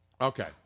Okay